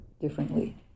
differently